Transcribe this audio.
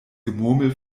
gemurmel